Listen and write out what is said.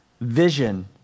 vision